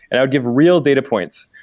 and i would give real data points.